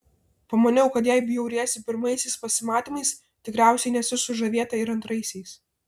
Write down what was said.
pamaniau kad jei bjauriesi pirmaisiais pasimatymais tikriausiai nesi sužavėta ir antraisiais